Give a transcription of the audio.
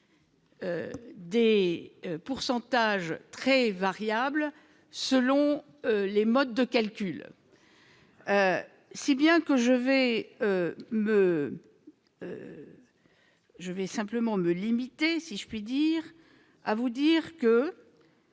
D. pourcentage très variable selon les modes de calcul. Si bien que je vais me. Je vais simplement me limiter, si je puis dire à vous dire que.